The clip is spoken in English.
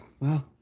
Wow